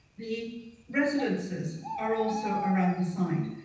the residences are also around the side.